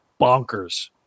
bonkers